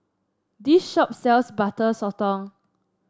this shop sells Butter Sotong